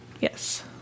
yes